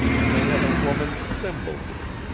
and they had a woman's thimble in it.